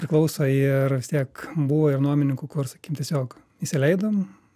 priklauso ir vis tiek buvo ir nuomininkų kur sakykim tiesiog įsileidom